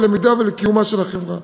ללמידה ולקיומה של החברה.